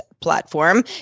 platform